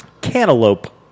Cantaloupe